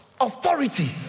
authority